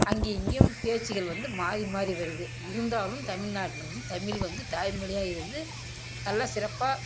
அங்கே இங்கேயும் பேச்சுகள் வந்து மாறி மாறி வருது இருந்தாலும் தமிழ்நாட்ல வந்து தமிழ் வந்து தாய்மொழியா இருந்து நல்லா சிறப்பாக